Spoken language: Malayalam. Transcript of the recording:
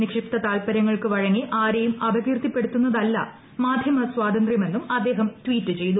നിക്ഷിപ്ത താൽപ്പരൃങ്ങൾക്കുവഴങ്ങി ആരെയും അപകീർത്തിപ്പെടുത്തു ന്നതല്ല് മാധ്യമസ്വാതന്ത്ര്യമെന്നും അദ്ദേഹം ട്വീറ്റ് ചെയ്തു